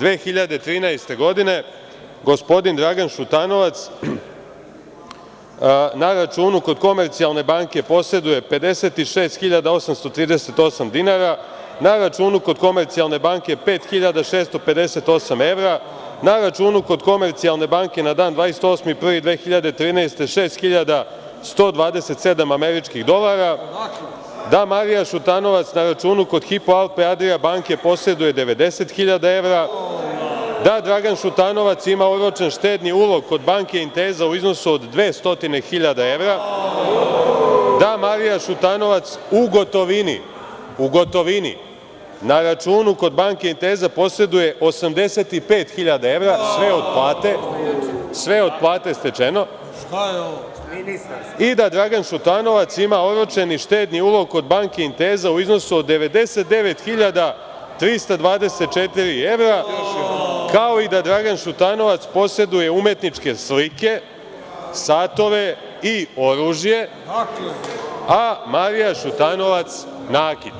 2013. godine gospodin Dragan Šutanovac na računu kod „Komercijalne banke“ poseduje 56.838 dinara, na računu kod „Komercijalne banke“ 5.658 evra, na računu kod „Komercijalne banke“ na dan 28. 01. 2013. godine 6.127 američkih dolara, da Marija Šutanovac na računu kod „Hipo Alpe Adria banke“ poseduje 90 hiljada evra, da Dragan Šutanovac ima oročen štedni ulog kod banke „Inteza“ u iznosu od 200.000 evra, da Marija Šutanovac u gotovini na računu kod banke „Inteza“ poseduje 85.000 evra, sve od plate stečeno, i da Dragan Šutanovac ima oročeni štedni ulog kod banke „Inteza“ u iznosu od 99.324 evra, kao i da Dragan Šutanovac poseduje umetničke slike, satove i oružje, a Marija Šutanovac nakit.